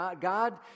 God